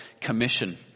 commission